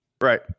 Right